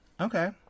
Okay